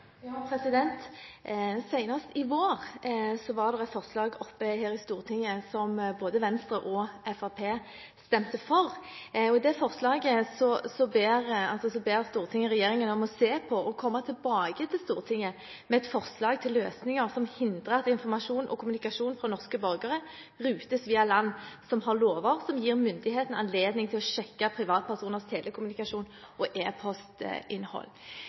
i vår var det her i Stortinget oppe et forslag som både Venstre og Fremskrittspartiet stemte for. I det forslaget ber Stortinget regjeringen om å «se på og komme tilbake til Stortinget med forslag til løsninger som hindrer at informasjon og kommunikasjon fra norske borgere rutes via land som har lover som gir myndighetene anledning til å sjekke privatpersoners telekommunikasjon og